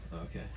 okay